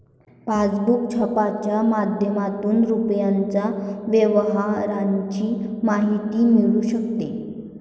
passbook छपाईच्या माध्यमातून रुपयाच्या व्यवहाराची माहिती मिळू शकते